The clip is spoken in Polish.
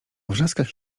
wrzaskach